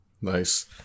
Nice